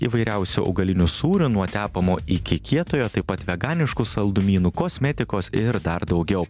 įvairiausių augalinių sūrių nuo tepamo iki kietojo taip pat veganiškų saldumynų kosmetikos ir dar daugiau